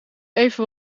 even